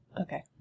Okay